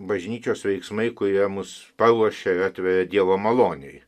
bažnyčios veiksmai kurie mus paruošia ir atveria dievo malonei